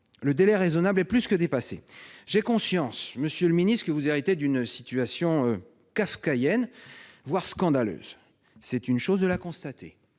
le délai raisonnable est plus que dépassé. J'ai conscience, monsieur le secrétaire d'État, que vous héritez d'une situation kafkaïenne, voire scandaleuse. C'est une chose de la constater,